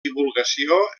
divulgació